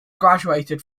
graduated